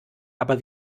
aber